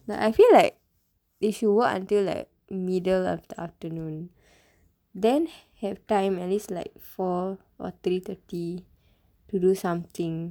like I feel like if you work until like middle of the afternoon then have time at least like four or three thirty to do something